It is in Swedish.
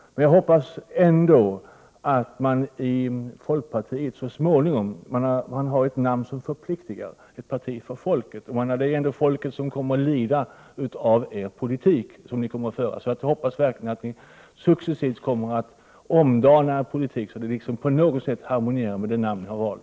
Folkpartiet har emellertid ett namn som förpliktar — att det skall vara ett parti för folket. Det är ändå folket som kommer att lida av den politik som nu kommer att föras, så jag hoppas verkligen att ni successivt kommer att omdana er politik så att den på något sätt harmonierar med det namn ni har valt.